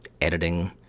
editing